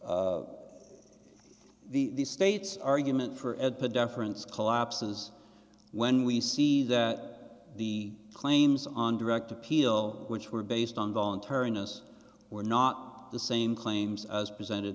these states argument for at the deference collapses when we see that the claims on direct appeal which were based on voluntariness were not the same claims as presented